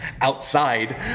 outside